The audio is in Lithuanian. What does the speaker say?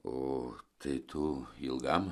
o tai tu ilgam